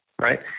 right